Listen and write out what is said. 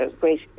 great